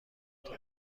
اتاق